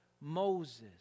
Moses